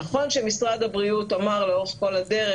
נכון שמשרד הבריאות אמר לאורך כל הדרך